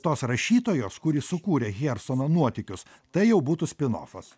tos rašytojos kuri sukūrė hersono nuotykius tai jau būtų spinofas